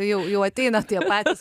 jau jau ateina tie patys